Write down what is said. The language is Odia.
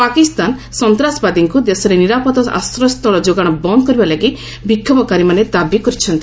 ପାକିସ୍ତାନ ସନ୍ତାସବାଦୀଙ୍କୁ ଦେଶରେ ନିରାପଦ ଆଶ୍ରୟସ୍ଥଳ ଯୋଗାଣ ବନ୍ଦ କରିବା ଲାଗି ବିକ୍ଷୋଭକାରୀମାନେ ଦାବି କରିଛନ୍ତି